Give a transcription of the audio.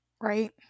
right